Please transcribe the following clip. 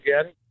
again